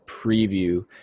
preview